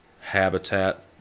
habitat